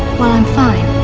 well i'm fine.